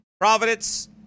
Providence